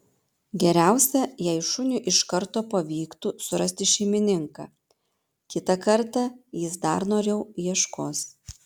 geriausia jei šuniui iš karto pavyktų surasti šeimininką kitą kartą jis dar noriau ieškos